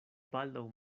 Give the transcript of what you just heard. baldaŭ